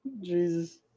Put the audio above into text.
Jesus